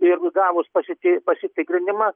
ir gavus pasi pasitikrinimą